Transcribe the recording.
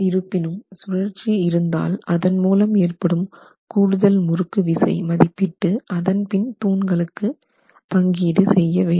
இருப்பினும் சுழற்சி இருந்தால் அதன் மூலம் ஏற்படும் கூடுதல் முறுக்கு விசை மதிப்பிட்டு அதன் பின் தூண்களுக்கு பங்கீடு செய்ய வேண்டும்